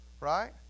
Right